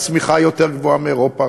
הצמיחה יותר גבוהה מבאירופה,